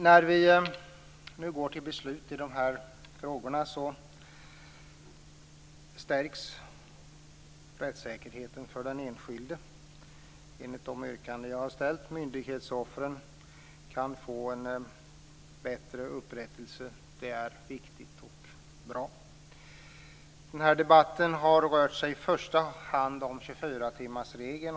När vi nu går till beslut i dessa frågor stärks rättssäkerheten för den enskilde enligt de yrkanden som jag har framställt. Myndighetsoffren kan få ett större upprättelse. Det är viktigt och bra. Den här debatten har i första hand rört sig om 24 timmarsregeln.